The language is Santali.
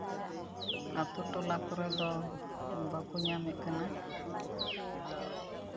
ᱟᱹᱛᱩ ᱴᱚᱞᱟ ᱠᱚᱨᱮ ᱫᱚ ᱵᱟᱠᱚ ᱧᱟᱢᱮᱫ ᱠᱟᱱᱟ